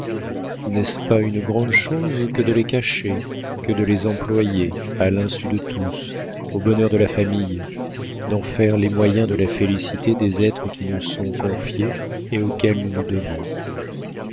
n'est-ce pas une grande chose que de les cacher que de les employer à l'insu de tous au bonheur de la famille d'en faire les moyens de la félicité des êtres qui nous sont confiés et auxquels nous nous devons